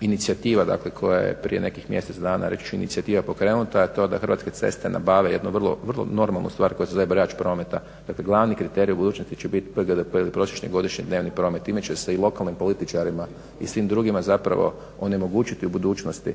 inicijativa dakle koja je prije nekih mjesec dana, reći ću inicijativa pokrenuta je to da Hrvatske ceste nabave jednu vrlo normalnu stvar koja se zove brojač prometa. Dakle, glavni kriterij u budućnosti će biti prosječni godišnji dnevni promet. Time će se i lokalnim političarima i svim drugima zapravo onemogućiti u budućnosti